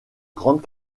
grande